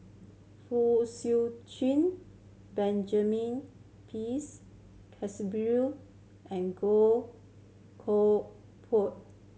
Fong Chee Benjamin Pease Keasberry and Goh Koh